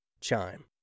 Chime